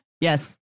Yes